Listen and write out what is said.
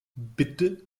bitte